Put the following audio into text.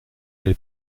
elle